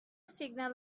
signal